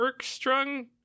Erkstrung